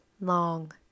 long